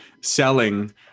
selling